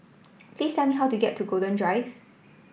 please tell me how to get to Golden Drive